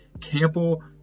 Campbell